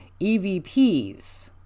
EVPs